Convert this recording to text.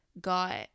got